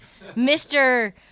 Mr